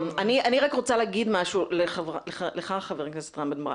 אני רוצה להגיד משהו לך, ח"כ רם בן ברק.